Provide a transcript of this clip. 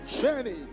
Jenny